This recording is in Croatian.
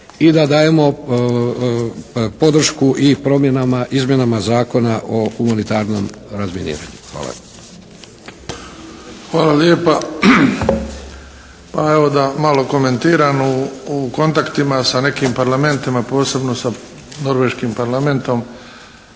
i da dajemo podršku i promjenama izmjenama Zakona o humanitarnom razminiranju. Hvala. **Bebić, Luka (HDZ)** Hvala lijepa. Pa evo da malo komentiram. U kontaktima sa nekim parlamentima, posebno sa norveškim Parlamentom